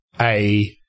a-